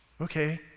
Okay